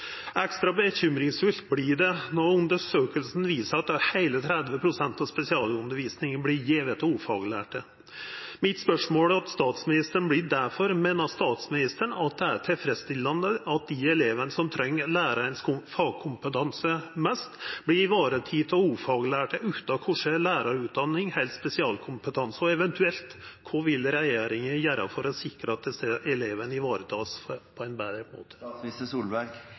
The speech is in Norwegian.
Ekstra urovekkjande vert det når undersøkinga viser at heile 30 pst. av spesialundervisninga vert gjeven av ufaglærte. Mitt spørsmål til statsministeren vert difor: Meiner statsministeren at det er tilfredsstillande at dei elevane som mest treng fagkompetanse hos læraren, vert varetekne av ufaglærte utan korkje lærarutdanning eller spesialkompetanse? Og – eventuelt – kva vil regjeringa gjera for å sikra at desse elevane vert varetekne på ein betre